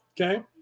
Okay